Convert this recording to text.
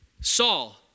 Saul